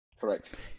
correct